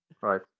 right